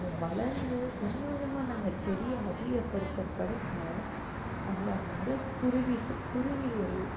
அது வளர்ந்து கொஞ்ச கொஞ்சமாக நாங்கள் செடியை அதிகப்படுத்த படுத்த அதில் வர குருவிஸ் குருவிகள்